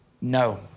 No